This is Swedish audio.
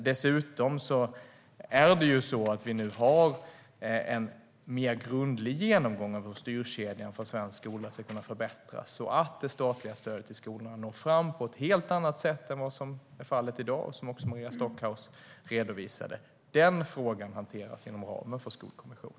Det sker nu en mer grundlig genomgång av hur styrkedjan för svensk skola kan förbättras så att det statliga stödet till skolorna når fram på ett helt annat sätt än vad som är fallet i dag, och som även Maria Stockhaus redovisade. Den frågan hanteras inom ramen för Skolkommissionen.